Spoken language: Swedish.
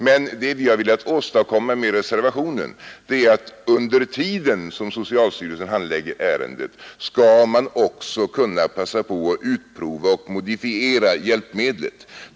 Men det vi har velat åstadkomma med reservationen är att under tiden som socialstyrelsen handlägger ärendet skall man också kunna passa på att utprova och modifiera hjälpmedlet.